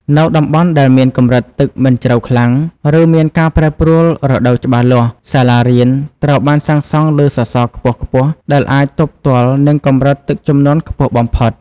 នៅតំបន់ដែលមានកម្រិតទឹកមិនជ្រៅខ្លាំង ឬមានការប្រែប្រួលរដូវច្បាស់លាស់ សាលារៀនត្រូវបានសាងសង់លើសសរខ្ពស់ៗដែលអាចទប់ទល់នឹងកម្រិតទឹកជំនន់ខ្ពស់បំផុត។